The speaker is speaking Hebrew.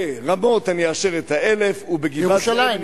ברמות אני אאשר את ה-1,000, בירושלים.